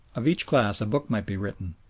of each class a book might be written,